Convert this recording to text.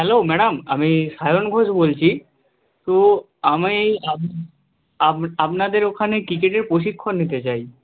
hello madam আমি সায়ন ঘোষ বলছি তো আমি আপনাদের ওখানে ক্রিকেটের প্রশিক্ষণ নিতে চাই